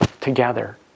together